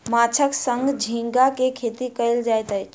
माँछक संग झींगा के खेती कयल जाइत अछि